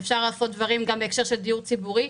אפשר לעשות דברים גם בהקשר של דיור ציבורי.